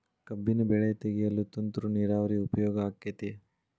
ಕಬ್ಬಿನ ಬೆಳೆ ತೆಗೆಯಲು ತುಂತುರು ನೇರಾವರಿ ಉಪಯೋಗ ಆಕ್ಕೆತ್ತಿ?